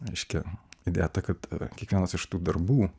reiškia idėja ta kad kiekvienas iš tų darbų